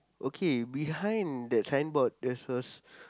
okay behind that signboard there's a